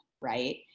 right